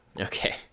Okay